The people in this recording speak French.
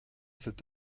cette